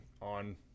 on